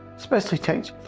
especially changed